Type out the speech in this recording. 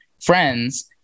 friends